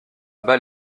bas